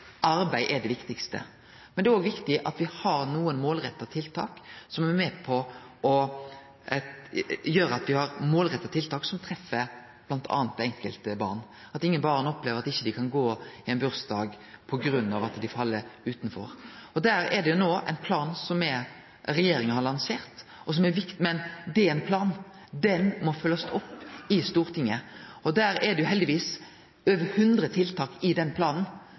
arbeid er det viktigaste. Men det er òg viktig at me har nokre målretta tiltak som er med på å gjere at me treff bl.a. det enkelte barnet – at ingen barn opplever at dei ikkje kan gå i ein bursdag på grunn av at dei fell utanfor. Der finst det no ein plan som regjeringa har lansert, men den planen må bli følgd opp i Stortinget. I den planen er det heldigvis over 100 tiltak, men det er vår jobb no å prioritere dette med midlar i